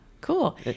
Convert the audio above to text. cool